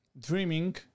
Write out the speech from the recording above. dreaming